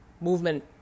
movement